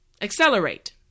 Accelerate